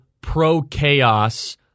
pro-chaos